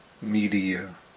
media